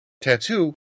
tattoo